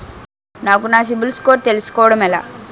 నాకు నా సిబిల్ స్కోర్ తెలుసుకోవడం ఎలా?